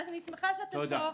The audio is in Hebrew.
אז אני שמחה שאתם פה.